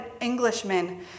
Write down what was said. Englishman